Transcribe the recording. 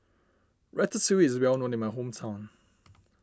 Ratatouille is well known in my hometown